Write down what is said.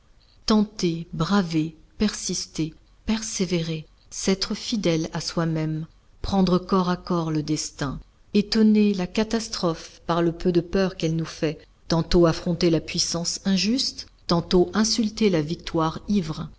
tenter braver persister persévérer s'être fidèle à soi-même prendre corps à corps le destin étonner la catastrophe par le peu de peur qu'elle nous fait tantôt affronter la puissance injuste tantôt insulter la victoire ivre